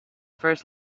first